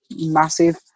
massive